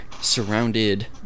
surrounded